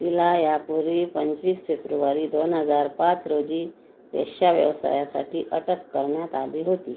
तिला यापूर्वी पंचवीस फेप्रुवारी दोन हजार पाच रोजी वेश्याव्यवसायासाठी अटक करण्यात आली होती